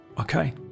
okay